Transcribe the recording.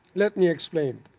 let me explain.